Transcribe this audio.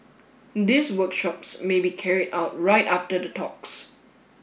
these workshops may be carried out right after the talks